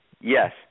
Yes